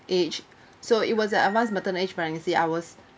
age so it was a advanced maternal age pregnancy I was